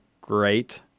great